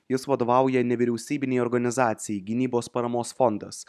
jis vadovauja nevyriausybinei organizacijai gynybos paramos fondas